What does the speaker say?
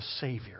Savior